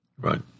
Right